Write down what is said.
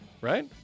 Right